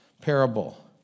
parable